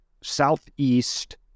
Southeast